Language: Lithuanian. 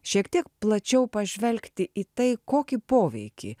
šiek tiek plačiau pažvelgti į tai kokį poveikį